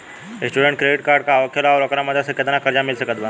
Student credit card का होखेला और ओकरा मदद से केतना कर्जा मिल सकत बा?